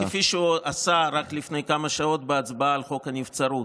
כפי שהוא עשה רק לפני כמה שעות בהצבעה על חוק הנבצרות.